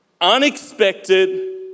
unexpected